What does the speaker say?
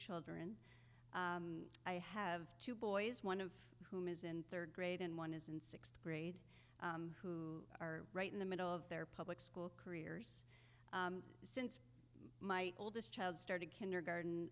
children i have two boys one of whom is in rd grade and one is in th grade who are right in the middle of their public school careers since my oldest child started kindergarten